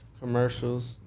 Commercials